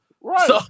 Right